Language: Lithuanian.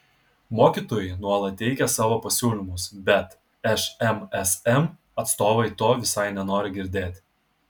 mokytojai nuolat teikia savo pasiūlymus bet šmsm atstovai to visai nenori girdėti